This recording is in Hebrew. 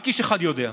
רק איש אחד יודע,